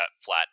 flat